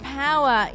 power